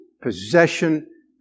possession